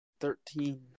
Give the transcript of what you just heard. Thirteen